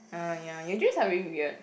ah ya your dreams are very weird